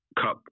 cup